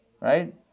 right